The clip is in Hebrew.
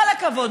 כל הכבוד.